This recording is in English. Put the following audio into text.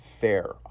fair